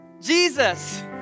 Jesus